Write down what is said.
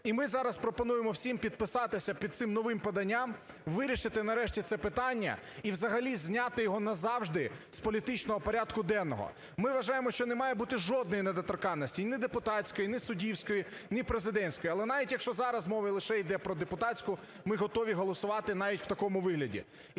І ми зараз пропонуємо всім підписатися під цим новим поданням, вирішити нарешті це питання і взагалі зняти його назавжди з політичного порядку денного. Ми вважаємо, що не має бути жодної недоторканності, ні депутатської, ні суддівської, ні президентської. Але навіть якщо зараз мова лише йде про депутатську, ми готові голосувати навіть в такому вигляді.